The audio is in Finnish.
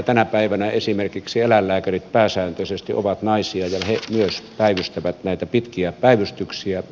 tänä päivänä esimerkiksi eläinlääkärit pääsääntöisesti ovat naisia ja he myös päivystävät näitä pitkiä päivystyksiä